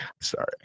Sorry